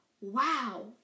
Wow